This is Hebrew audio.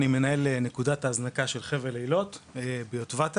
אני מנהל נקודת ההזנקה של חבל איילות ביוטבתה.